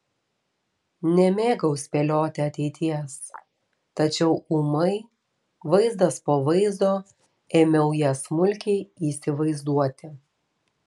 nemėgau spėlioti ateities tačiau ūmai vaizdas po vaizdo ėmiau ją smulkiai įsivaizduoti